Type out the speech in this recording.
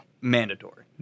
mandatory